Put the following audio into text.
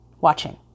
watching